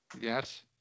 Yes